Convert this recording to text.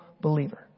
believer